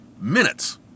minutes